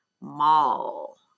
mall